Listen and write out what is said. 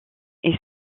est